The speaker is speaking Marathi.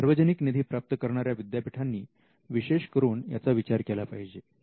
सार्वजनिक निधी प्राप्त करणाऱ्या विद्यापीठांनी विशेष करून याचा विचार केला पाहिजे